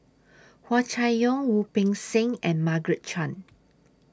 Hua Chai Yong Wu Peng Seng and Margaret Chan